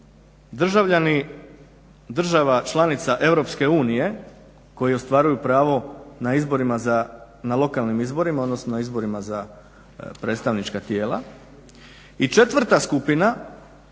državljani država članica Europske unije koji ostvaruju pravo na izborima, na lokalnim izborima, odnosno na izborima za predstavnička tijela. I četvrta skupina